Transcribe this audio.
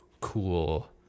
cool